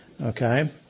Okay